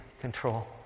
control